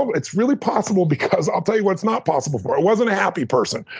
um it's really possible because i'll tell you what it's not possible for. it wasn't a happy person.